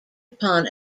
upon